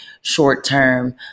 short-term